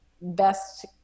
Best